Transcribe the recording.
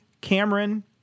Cameron